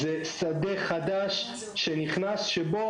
מדובר בשדה חדש שנכנס שבו,